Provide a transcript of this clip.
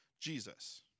Jesus